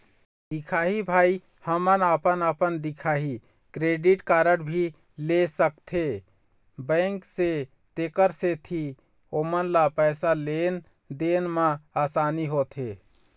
दिखाही भाई हमन अपन अपन दिखाही क्रेडिट कारड भी ले सकाथे बैंक से तेकर सेंथी ओमन ला पैसा लेन देन मा आसानी होथे?